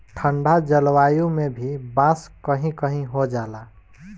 ठंडा जलवायु में भी बांस कही कही हो जाला